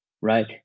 right